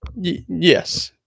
Yes